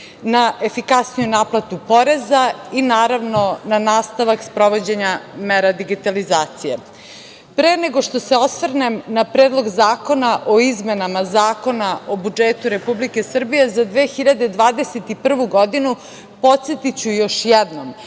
na efikasniju naplatu poreza i naravno na nastavak sprovođenja mera digitalizacije. Pre nego što se osvrnem na Predlog zakona o izmenama Zakon o budžetu Republike Srbije za 2021. godinu podsetiću još jednom